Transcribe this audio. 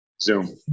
Zoom